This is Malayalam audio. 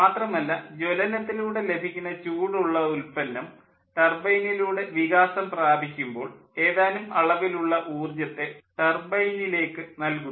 മാതമല്ല ജ്വലനത്തിലൂടെ ലഭിക്കുന്ന ചൂടുള്ള ഉല്പന്നം ടർബൈനിലൂടെ വികാസം പ്രാപിക്കുമ്പോൾ ഏതാനും അളവിലുള്ള ഊർജ്ജത്തെ ടർബൈനിലേക്ക് നൽകുന്നു